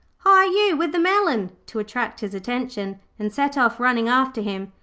hi, you with the melon to attract his attention, and set off running after him,